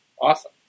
Awesome